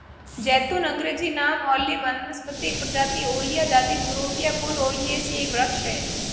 ज़ैतून अँग्रेजी नाम ओलिव वानस्पतिक प्रजाति ओलिया जाति थूरोपिया कुल ओलियेसी एक वृक्ष है